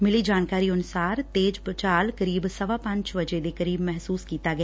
ਮਿਲੀ ਜਾਣਕਾਰੀ ਅਨੁਸਾਰ ਤੇਜ਼ ਭੁਚਾਲ ਕਰੀਬ ਸਵਾ ਪੰਜ ਵਜੇ ਮਹਿਸੂਸ ਕੀਤਾ ਗਿਆ